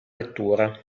lettura